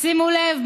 שימו לב,